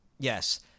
Yes